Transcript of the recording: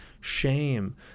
shame